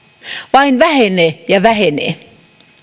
vain vähenee ja vähenee